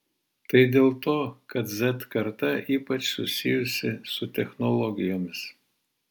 tai dėl to kad z karta ypač susijusi su technologijomis